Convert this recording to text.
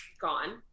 gone